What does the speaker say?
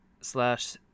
slash